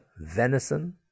venison